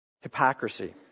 hypocrisy